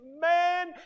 Man